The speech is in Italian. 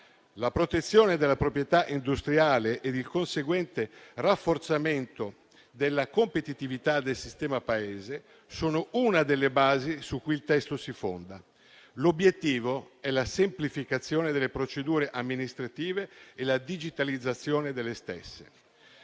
La protezione della proprietà industriale e il conseguente rafforzamento della competitività del sistema Paese sono due delle basi su cui il testo si fonda. L'obiettivo sono la semplificazione delle procedure amministrative e la loro digitalizzazione. In questo